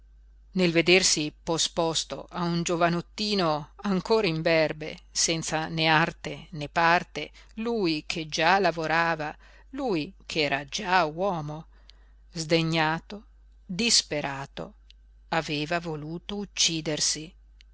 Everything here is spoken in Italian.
nel vedersi posposto a un giovanottino ancor imberbe senza né arte né parte lui che già lavorava lui che era già uomo sdegnato disperato aveva voluto uccidersi